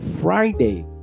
Friday